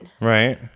right